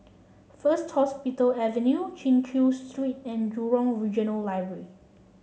First Hospital Avenue Chin Chew Street and Jurong Regional Library